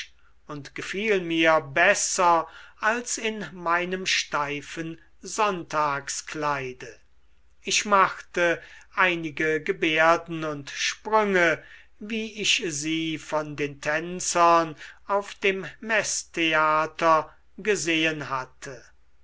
und gefiel mir besser als in meinem steifen sonntagskleide ich machte einige gebärden und sprünge wie ich sie von den tänzern auf dem meßtheater gesehen hatte